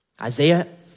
Isaiah